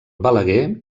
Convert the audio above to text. balaguer